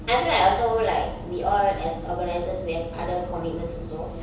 I feel like also like we all as organisers we have other commitments also